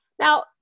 Now